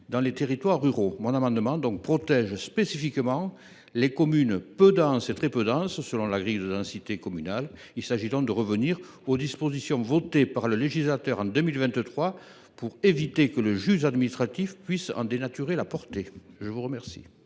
dans les territoires ruraux. Le présent amendement vise donc à protéger spécifiquement les communes peu denses et très peu denses au sens de la grille de densité communale. Il s’agit de revenir aux dispositions votées par le législateur en 2023 pour éviter que le juge administratif puisse en dénaturer la portée. Quel